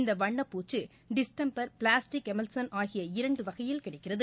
இந்த வண்ணப் பூச்சு டிஸ்டெம்பர் பிளாஸ்டிக் எமெல்சன் ஆகிய இரண்டு வகையில் கிடைக்கிறது